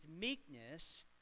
meekness